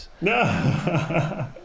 no